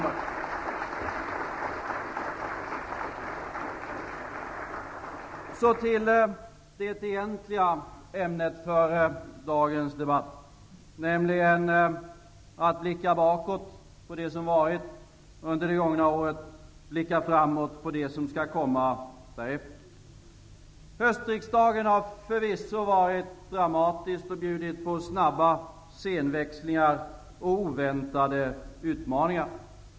Låt mig sedan gå över till det egentliga ämnet för dagens debatt, nämligen att blicka bakåt på det som varit under det gångna året och att blicka framåt på det som skall komma härefter. Höstriksdagen har förvisso varit dramatisk och bjudit på snabba scenväxlingar och oväntade utmaningar.